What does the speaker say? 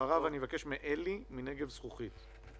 אחריו אבקש מאלי מ"נגב זכוכית".